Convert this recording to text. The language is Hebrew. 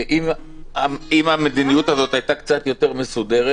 אם המדיניות הזאת הייתה קצת יותר מסודרת,